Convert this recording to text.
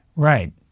Right